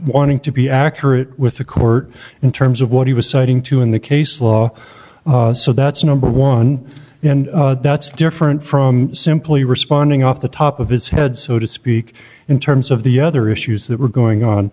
wanting to be accurate with the court in terms of what he was citing to in the case law so that's number one and that's different from simply responding off the top of his head so to speak in terms of the other issues that were going on